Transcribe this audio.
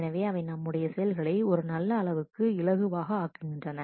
எனவே அவை நம்முடைய செயல்களை ஒரு நல்லஅளவுக்கு இலகுவாக ஆக்குகின்றன